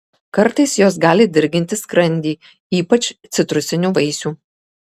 kartais jos gali dirginti skrandį ypač citrusinių vaisių